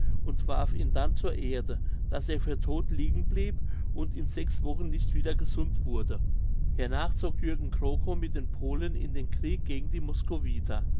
und warf ihn dann zur erde daß er für todt liegen blieb und in sechs wochen nicht wieder gesund wurde hernach zog jürgen krokow mit den polen in den krieg gegen die